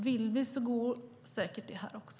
Vill vi så går det säkert här också.